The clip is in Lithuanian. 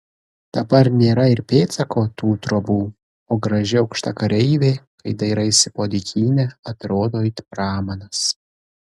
dabar nėra ir pėdsako tų trobų o graži aukšta kareivė kai dairaisi po dykynę atrodo it pramanas